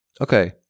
Okay